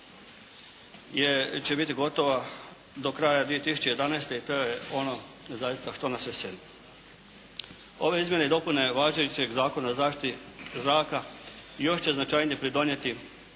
će biti gotova do kraja 2011. i to je ono zaista što nas veseli. Ove izmjene i dopune važećeg Zakona o zaštiti zraka još će značajnije pridonijeti